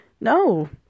No